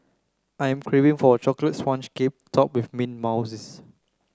I am craving for a chocolate sponge cake top with mint